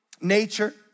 nature